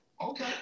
Okay